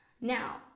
Now